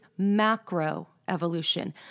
macroevolution